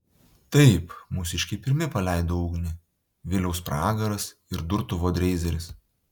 taip mūsiškiai pirmi paleido ugnį viliaus pragaras ir durtuvo dreizeris